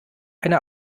eine